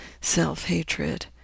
self-hatred